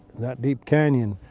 that deep canyon.